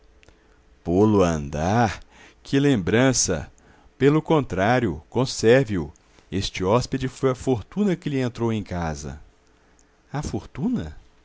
a andar que lembrança pelo contrário conserve-o este hóspede foi a fortuna que lhe entrou em casa a fortuna